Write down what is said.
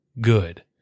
good